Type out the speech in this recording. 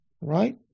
right